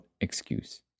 excuse